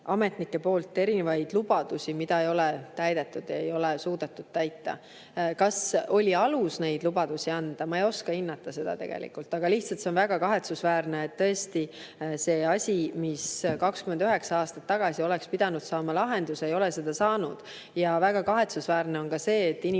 ametnike poolt erinevaid lubadusi, mida ei ole täidetud, mida ei ole suudetud täita. Kas oli alus neid lubadusi anda? Ma ei oska seda tegelikult hinnata. Lihtsalt, see on väga kahetsusväärne, et asi, mis tõesti 29 aastat tagasi oleks pidanud saama lahenduse, ei ole seda saanud. On väga kahetsusväärne, et inimesed